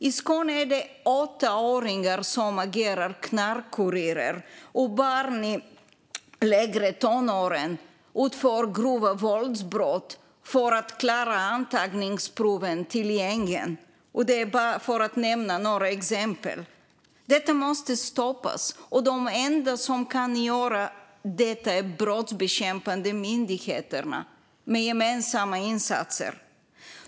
I Skåne är det åttaåringar som agerar knarkkurirer, och barn i lägre tonåren utför grova våldsbrott för att klara antagningsproven till gängen, för att nämna några exempel. Detta måste stoppas, och de enda som kan göra det är de brottsbekämpande myndigheterna, med gemensamma insatser.